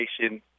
nation